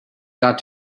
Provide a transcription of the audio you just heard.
got